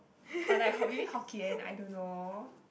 but like really Hokkien I don't know